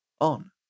on